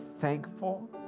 thankful